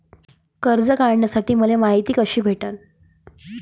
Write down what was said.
कर्ज काढासाठी मले मायती कशी भेटन?